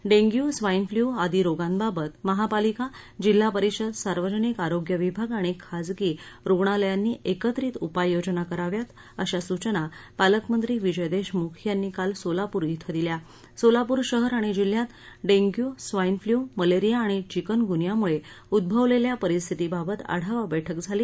dengue swine flu आदी रोगांबाबत महापालिका जिल्हा परिषद सार्वजनिक आरोग्य विभाग आणि खासगी रुग्णालयांनी एकत्रित उपाय योजना कराव्यात अशा सूचना पालकमंत्री विजय देशमुख यांनी काल सोलापूर इथं दिल्या सोलापूर शहर आणि जिल्ह्यात डेंग्यू स्वाईन फ्ल्यू मलेरिया आणि चिक्नगूनियामुळे उद्भवलेल्या परिस्थितीबाबत आढावा बैठक झाली